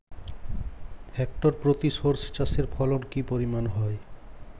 Hectare প্রতি সর্ষে চাষের ফলন কি পরিমাণ হয়?